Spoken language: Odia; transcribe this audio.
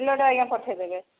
ପିଲାଟେ ଆଜ୍ଞା ପଠେଇ ଦେବେ